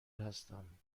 هستم